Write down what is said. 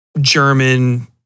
German